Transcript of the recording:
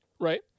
Right